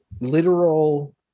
literal